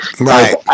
Right